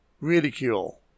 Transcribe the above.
ridicule